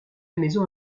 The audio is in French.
maison